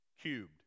Cubed